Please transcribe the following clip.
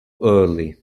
early